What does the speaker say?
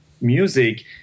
music